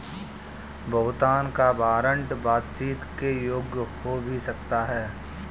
भुगतान का वारंट बातचीत के योग्य हो भी सकता है